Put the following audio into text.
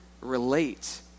relate